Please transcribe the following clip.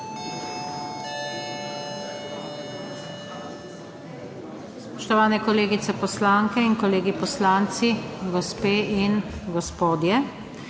Spoštovane kolegice poslanke in kolegi poslanci, gospe in gospodje.